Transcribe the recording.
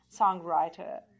songwriter